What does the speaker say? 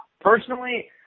personally